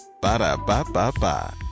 Ba-da-ba-ba-ba